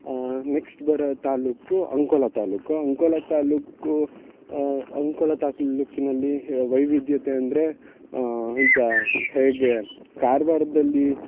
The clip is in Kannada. ನೆಕ್ಷ್ಟ್ ಬರೋ ತಾಲೂಕು ಅಂಕೋಲ ತಾಲೂಕು ಅಂಕೋಲ ತಾಲೂಕು ತಾಲೂಕಿನಲ್ಲಿ ವೈವಿಧ್ಯತೆ ಅಂದರೆ ಈಗ ಹೇಗೆ ಕಾರ್ವಾರ್ದಲ್ಲಿ